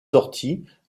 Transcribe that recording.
sorties